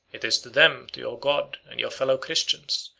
it is to them, to your god, and your fellow-christians,